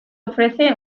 ofrece